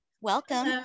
welcome